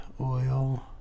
oil